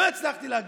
לא הצלחתי להגיש.